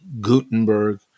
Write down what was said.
Gutenberg